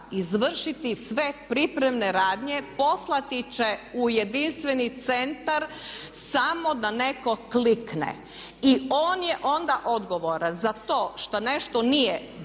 izvršiti sve pripremne radnje, poslati će u jedinstveni centar samo da neko klikne. I on je onda odgovoran za to što nešto nije dobro